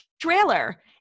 trailer